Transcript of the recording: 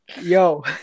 Yo